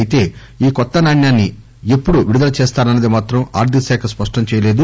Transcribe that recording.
అయితే ఈ కొత్తనాణ్యాన్ని ఎప్పడు విడుదల చేస్తారన్నది మాత్రం ఆర్థిక శాఖ స్పష్టంచేయలేదు